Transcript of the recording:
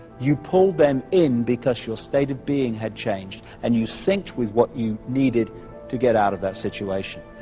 you pulled them in, because your state of being had changed, and you synced with what you needed to get out of that situation.